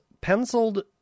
penciled